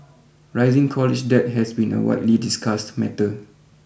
rising college debt has been a widely discussed matter